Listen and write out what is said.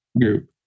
group